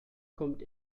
kommt